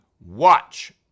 watch